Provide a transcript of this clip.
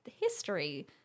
history